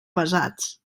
pesats